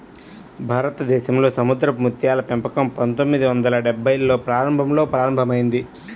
భారతదేశంలో సముద్రపు ముత్యాల పెంపకం పందొమ్మిది వందల డెభ్భైల్లో ప్రారంభంలో ప్రారంభమైంది